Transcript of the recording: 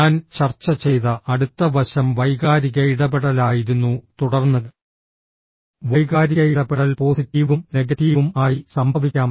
ഞാൻ ചർച്ച ചെയ്ത അടുത്ത വശം വൈകാരിക ഇടപെടലായിരുന്നു തുടർന്ന് വൈകാരിക ഇടപെടൽ പോസിറ്റീവും നെഗറ്റീവും ആയി സംഭവിക്കാം